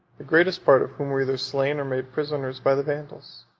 the greatest part of whom were either slain or made prisoners by the vandals.